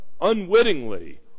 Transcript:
unwittingly